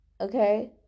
okay